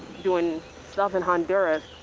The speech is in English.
doing stuff in honduras.